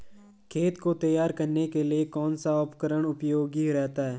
खेत को तैयार करने के लिए कौन सा उपकरण उपयोगी रहता है?